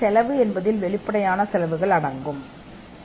செலவில் வெளிப்படையான செலவும் அடங்கும் என்றால் அது செலவாகும்